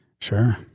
Sure